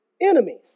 enemies